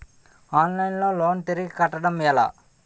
Online లో loan తిరిగి కట్టడం ఎలా?